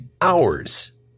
hours